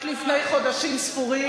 רק לפני חודשים ספורים,